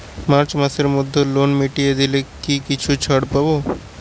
March মাসের মধ্যে loan মিটিয়ে দিলে কি কিছু ছাড় পাব?